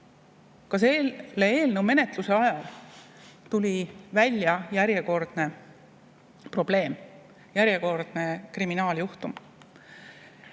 eelnõu menetluse ajal tuli välja järjekordne probleem, järjekordne kriminaaljuhtum.